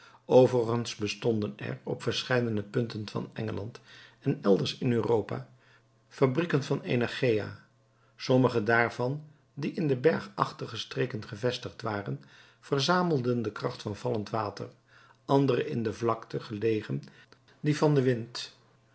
overigens bestonden er op verscheidene punten van engeland en elders in europa fabrieken van energeia sommige daarvan die in de bergachtige streken gevestigd waren verzamelden de kracht van vallend water andere in de vlakte gelegen die van den wind